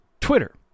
Twitter